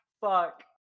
Fuck